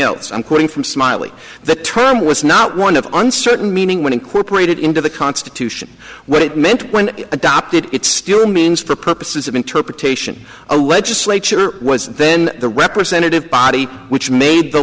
else i'm quoting from smiley the term was not one of uncertain meaning when incorporated into the constitution what it meant when he adopted it still means for purposes of interpretation a legislature was then the representative body which made the